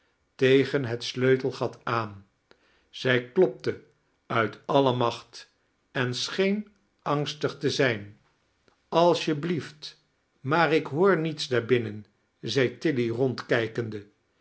tegen het sleutelgat aan zij klopte uit alle macht en scheen angstig te zijn als je blieft maar ik hoor niets daar binnen zei tilly rondkijkehde